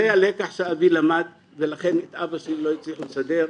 זה הלקח שאבי למד ולכן את אבא שלי לא הצליחו לסדר,